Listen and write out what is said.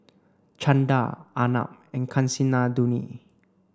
Chanda Arnab and Kasinadhuni